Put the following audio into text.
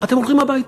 אתם הולכים הביתה.